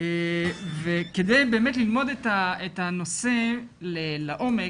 כדי באמת ללמוד את הנושא לעומק,